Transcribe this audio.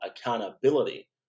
accountability